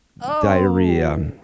diarrhea